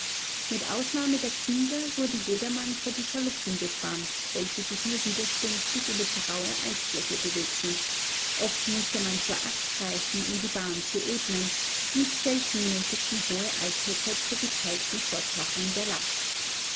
mit ausnahme der kinder wurde jedermann vor die schaluppen gespannt welche sich nur widerspenstig über die rauhe eisfläche bewegten oft mußte man zur axt greifen um die bahn zu ebnen nicht selten nötigten hohe eishöcker zur geteilten fortschaffung der last